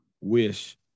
wish